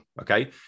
Okay